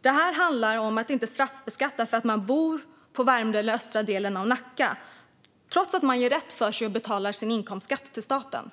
Det handlar om att man inte ska straffbeskattas för att man bor på Värmdö eller i östra delen av Nacka och gör rätt för sig och betalar sin inkomstskatt till staten.